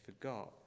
forgot